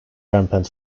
rampant